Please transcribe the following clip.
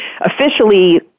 officially